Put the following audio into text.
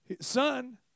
son